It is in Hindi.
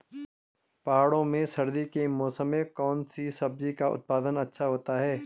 पहाड़ों में सर्दी के मौसम में कौन सी सब्जी का उत्पादन अच्छा होता है?